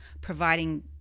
providing